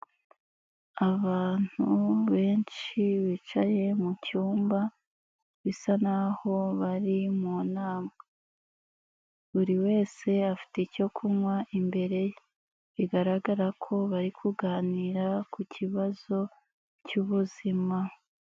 Abantu benshi bicaye mucyumba, bisa n'aho bari mu nama, buri wese afite icyo kunywa imbere bigaragara ko bari kuganira ku kibazo cy'ubuzima.